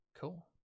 cool